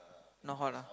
not hot ah